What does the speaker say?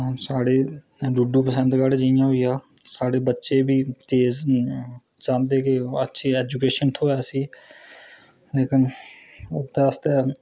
साढ़ै डूडू बसंतगढ जियां होईया साढ़े बच्चे बी चाह्दें न कि ओह् अच्छी ऐजुकेशन लैन ओह्दे आस्तै